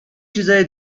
چیزای